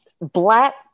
black